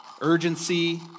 urgency